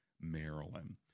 Maryland